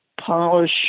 polish